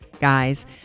guys